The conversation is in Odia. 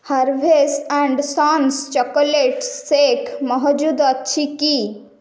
Harvest and sons chocolate shake ମହଜୁଦ ଅଛି କି